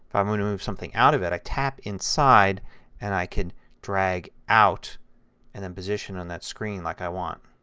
i want to move something out of it i tap inside and i can drag out and then position on the screen like i want.